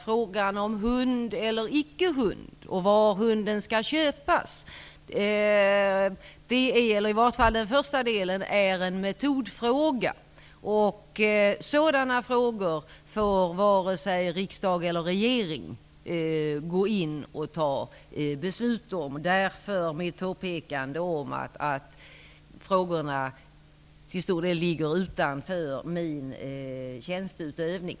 Frågan om hund eller icke hund är en metodfråga. Sådana frågor får varken riksdag eller regering gå in och fatta beslut om. Därav kommer sig mitt påpekande om att frågorna till stor del ligger utanför min tjänsteutövning.